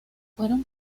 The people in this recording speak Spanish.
fueron